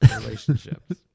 relationships